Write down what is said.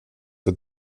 for